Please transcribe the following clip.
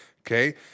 okay